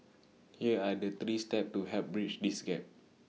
here are the three steps to help bridge this gap